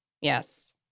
Yes